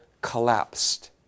collapsed